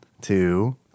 two